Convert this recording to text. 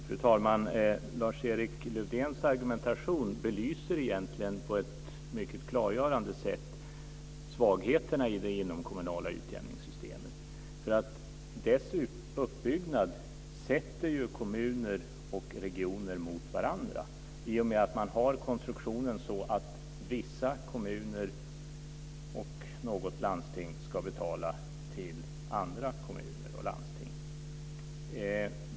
Fru talman! Lars-Erik Lövdéns argumentation belyser egentligen på ett mycket klargörande sätt svagheterna i det inomkommunala utjämningssystemet. Dess uppbyggnad sätter ju kommuner och regioner mot varandra i och med att man har konstruktionen så att vissa kommuner och något landsting ska betala till andra kommuner och landsting.